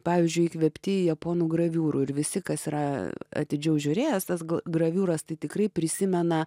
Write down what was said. pavyzdžiui įkvėpti japonų graviūrų ir visi kas yra atidžiau žiūrėjęs tas graviūras tai tikrai prisimena